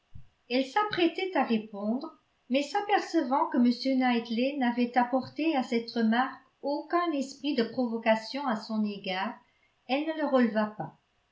elle s'apprêtait à répondre mais s'apercevant que m knightley n'avait apporté à cette remarque aucun esprit de provocation à son égard elle ne le releva pas